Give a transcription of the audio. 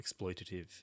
exploitative